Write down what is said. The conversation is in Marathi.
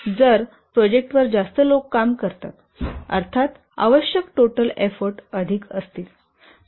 जर प्रोजेक्टवर जास्त लोक काम करतात अर्थात आवश्यक टोटल एफ्फोर्ट अधिक असतील